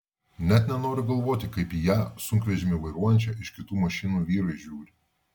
net nenoriu galvoti kaip į ją sunkvežimį vairuojančią iš kitų mašinų vyrai žiūri